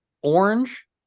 Orange